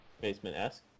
Basement-esque